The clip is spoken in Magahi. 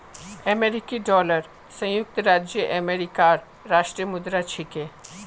अमेरिकी डॉलर संयुक्त राज्य अमेरिकार राष्ट्रीय मुद्रा छिके